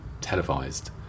televised